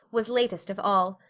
was latest of all.